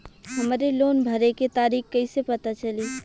हमरे लोन भरे के तारीख कईसे पता चली?